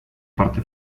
parte